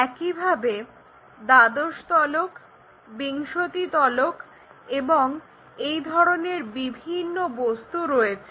একইভাবে দ্বাদশতলক বিংশতিতলক এবং এই ধরনের বিভিন্ন বস্তু রয়েছে